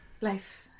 Life